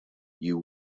you